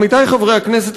עמיתי חברי הכנסת,